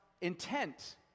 intent